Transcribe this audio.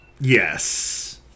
Yes